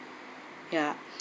yeah